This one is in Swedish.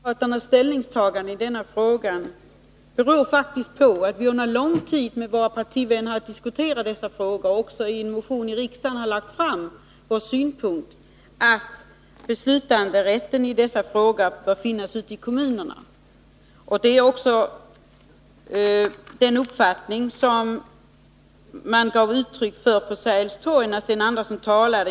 Herr talman! Socialdemokraternas ställningstagande bygger faktiskt på att vi under lång tid har diskuterat dessa frågor med våra partivänner och också i en motion i riksdagen har lagt fram vår synpunkt att beslutanderätten bör finnas hos kommunerna. z Det är den uppfattning som kom till uttryck i Sten Anderssons tal på Sergels Torg.